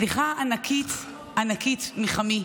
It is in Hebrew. סליחה ענקית ענקית, מחמי,